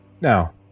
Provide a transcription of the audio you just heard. now